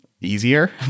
easier